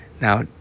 now